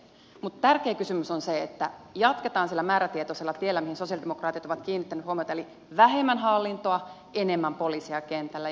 mutta tärkeä kysymys on se että jatketaan sillä määrätietoisella tiellä mihin sosialidemokraatit ovat kiinnittäneet huomiota eli vähemmän hallintoa enemmän poliiseja kentälle